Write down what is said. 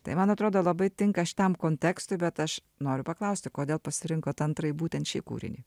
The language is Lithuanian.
tai man atrodo labai tinka šitam kontekstui bet aš noriu paklausti kodėl pasirinkot antrąjį būtent šį kūrinį